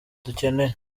dukeneye